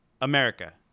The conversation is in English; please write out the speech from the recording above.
America